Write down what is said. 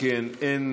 אם כן,